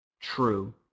true